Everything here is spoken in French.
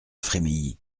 frémilly